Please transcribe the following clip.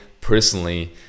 personally